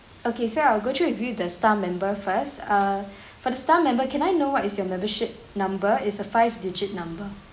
okay so I'll go through with you the star member first uh for the star member can I know what is your membership number is a five digit number